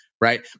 Right